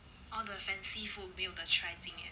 all the fancy food 没有的 try 今年